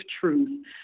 truth